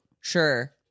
Sure